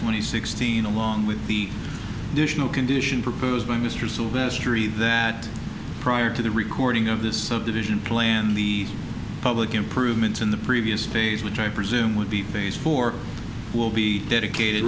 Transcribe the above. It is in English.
twenty sixteen along with the additional condition proposed by mr sylvester e that prior to the recording of this subdivision plan the public improvements in the previous phase which i presume would be phase four will be dedicated